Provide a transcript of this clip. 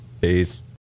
Peace